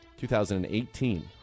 2018